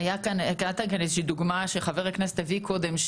הייתה כאן איזושהי דוגמה שחבר הכנסת הביא קודם,